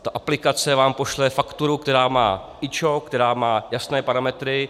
Ta aplikace vám pošle fakturu, která má IČO, která má jasné parametry.